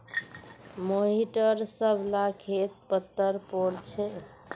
मोहिटर सब ला खेत पत्तर पोर छे